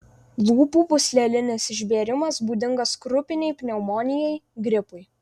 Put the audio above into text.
lūpų pūslelinis išbėrimas būdingas krupinei pneumonijai gripui